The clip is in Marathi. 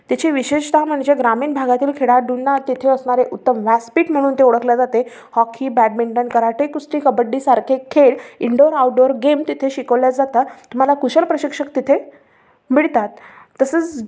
त्याची विशेषत म्हणजे ग्रामीण भागातील खेळाडूंना तिथे असणारे उत्तम व्यासपीठ म्हणून ते ओळखल्या जाते हॉकी बॅडमिंटन कराटे कुस्ती कबड्डी सारखे खेळ इंडोर आउटडोर गेम तिथे शिकवल्या जातात तुम्हाला कुशल प्रशिक्षक तिथे मिळतात तसेच